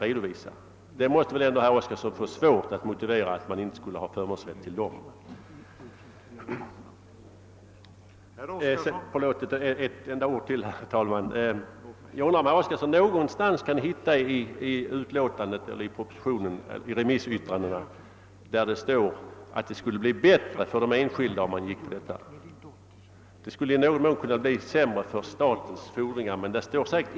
Herr Oskarson måste väl ändå ha svårt att motivera att staten inte skulle ha förmånsrätt till de pengarna. Jag undrar om herr Oskarson i propositionen, utskottsutlåtandet eller remissyttrandena kan hitta någonting som tyder på att det skulle vara till förmån för de enskilda om man gick på herr Oskarsons linje. Däremot skulle det kunna bli sämre för staten när det gäller dess fordringar.